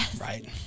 right